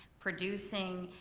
producing,